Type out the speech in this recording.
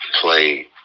play